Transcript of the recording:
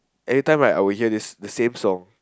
every time right I will this the same song